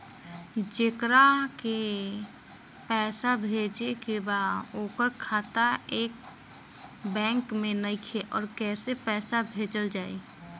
जेकरा के पैसा भेजे के बा ओकर खाता ए बैंक मे नईखे और कैसे पैसा भेजल जायी?